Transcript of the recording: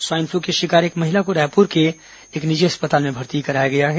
swine flu की शिकार एक महिला को रायपुर के एक निजी अस्पताल में भर्ती कराया गया है